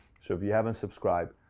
so if you haven't subscribed,